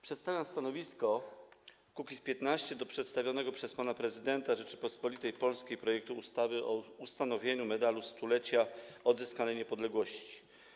Przedstawiam stanowisko klubu Kukiz’15 odnośnie do przedstawionego przez pana prezydenta Rzeczypospolitej Polskiej projektu ustawy o ustanowieniu Medalu Stulecia Odzyskanej Niepodległości.